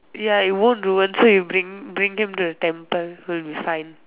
ya it won't ruin so you bring bring him to the temple so you will be fine